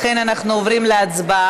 לכן, אנחנו עוברים להצבעה.